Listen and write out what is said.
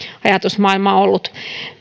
ajatusmaailma ollut